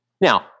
Now